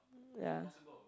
ya